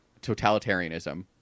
totalitarianism